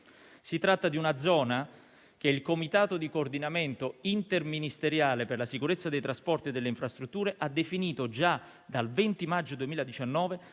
Si tratta di una zona che il Comitato di coordinamento interministeriale per la sicurezza dei trasporti e delle infrastrutture ha definito, già dal 20 maggio 2019,